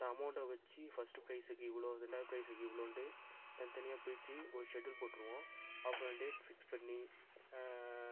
அந்த அமௌண்டை வச்சு ஃபர்ஸ்ட்டு பிரைஸுக்கு இவ்வளோ இதில் பிரைஸுக்கு இவ்வளோன்டு தனித்தனியாக பிரித்து ஒரு ஷெட்யூல் போட்டுடுவோம் அப்புறம் டேட் ஃபிக்ஸ் பண்ணி